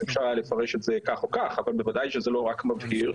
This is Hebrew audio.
אפשר היה לפרש את זה כך או כך אבל בוודאי שזה לא רק מבהיר.